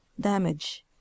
Damage